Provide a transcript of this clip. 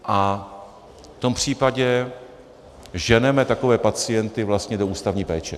A v tom případě ženeme takové pacienty vlastně do ústavní péče.